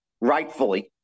rightfully